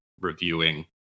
reviewing